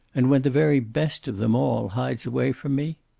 and when the very best of them all hides away from me?